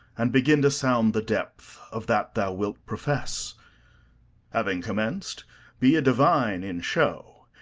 and begin to sound the depth of that thou wilt profess having commenc'd be a divine in show,